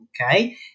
Okay